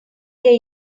their